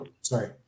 sorry